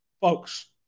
Folks